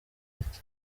leta